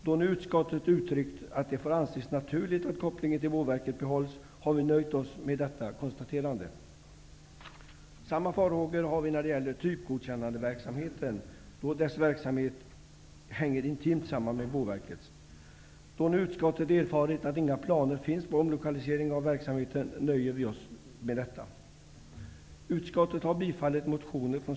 Då nu utskottet har sagt att det får anses naturligt att kopplingen till Boverket behålls, har vi nöjt oss med detta konstaterande. Samma farhågor hade vi vad gäller typgodkännandeverksamheten, då denna verksamhet hänger intimt samman med Boverkets. Då nu utskottet har erfarit att inga planer finns på omlokalisering av verksamheten, nöjer vi oss med detta.